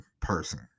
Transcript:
person